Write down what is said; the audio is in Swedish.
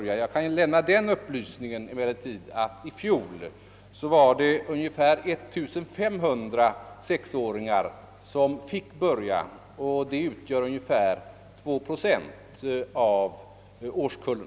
Jag kan dock lämna den upplysningen att i fjol var det ungefär 1500 sexåringar som fick börja, och de utgjorde ungefär två procent av årskullen.